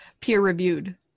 peer-reviewed